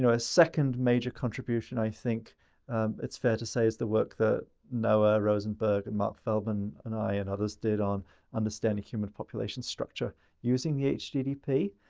second major contribution, i think it's fair to say, is the work that noah rosenberg and marc feldman and i and others did on understanding human population structure using the hgdp.